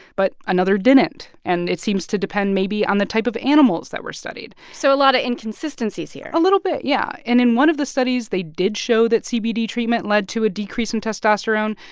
but another didn't. and it seems to depend maybe on the type of animals that were studied so a lot of inconsistencies here a little bit, yeah. and in one of the studies, they did show that cbd treatment led to a decrease in testosterone,